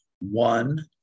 One